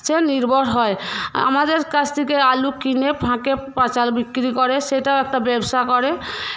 সে নির্ভর হয় আমাদের কাছ থেকে আলু কিনে ফাঁকে বিক্রি করে সেটাও একটা ব্যবসা করে